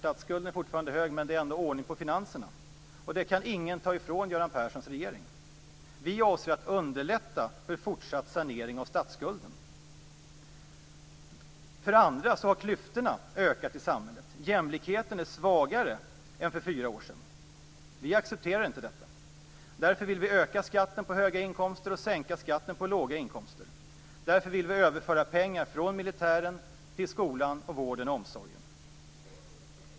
Statsskulden är fortfarande hög, men det är ändå ordning på finanserna, och det kan ingen ta ifrån Göran Perssons regering. Vi avser att underlätta för fortsatt sanering av statsskulden. För det andra har klyftorna ökat i samhället. Jämlikheten är svagare än för fyra år sedan. Vi accepterar inte detta. Därför vill vi höja skatten på höga inkomster och sänka skatten på låga inkomster. Därför vill vi överföra pengar från militären till skolan, vården och omsorgen.